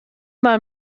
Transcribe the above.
mal